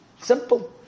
Simple